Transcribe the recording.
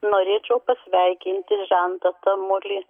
norėčiau pasveikinti žentą tamulį